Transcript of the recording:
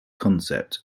concept